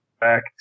back